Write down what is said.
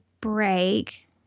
break